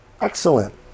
excellent